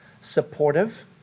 supportive